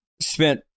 spent